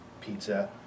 pizza